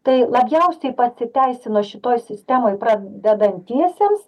tai labiausiai pasiteisino šitoj sistemoj pradedantiesiems